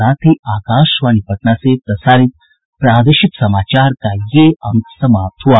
इसके साथ ही आकाशवाणी पटना से प्रसारित प्रादेशिक समाचार का ये अंक समाप्त हुआ